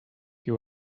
you